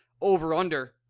over-under